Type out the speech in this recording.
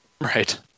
Right